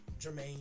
Jermaine